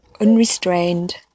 Unrestrained